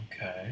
Okay